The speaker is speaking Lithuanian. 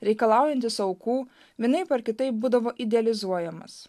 reikalaujantis aukų vienaip ar kitaip būdavo idealizuojamas